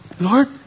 Lord